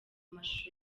mashusho